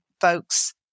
folks